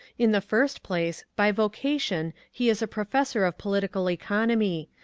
in the first place, by vocation he is a professor of political economy,